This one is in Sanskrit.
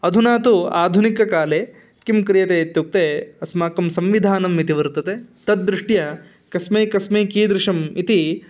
अधुना तु आधुनिककाले किं क्रियते इत्युक्ते अस्माकं संविधानम् इति वर्तते तद्दृष्ट्या कस्मै कस्मै कीदृशम् इति